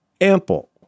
ample